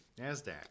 NASDAQ